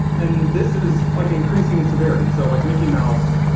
and this is like increasing in severity, so like mickey mouse.